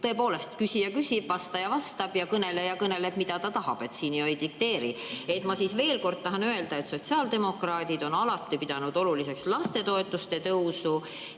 tõepoolest, küsija küsib, vastaja vastab ja kõneleja kõneleb, mida ta tahab, siin ju ei dikteeri. Ma veel kord tahan öelda, et sotsiaaldemokraadid on alati pidanud oluliseks lastetoetuste tõusu,